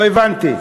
לא הבנתי.